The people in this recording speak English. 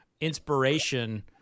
inspiration